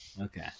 Okay